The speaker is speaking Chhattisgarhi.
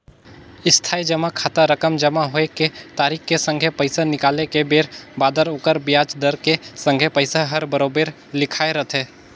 इस्थाई जमा खाता रकम जमा होए के तारिख के संघे पैसा निकाले के बेर बादर ओखर बियाज दर के संघे पइसा हर बराबेर लिखाए रथें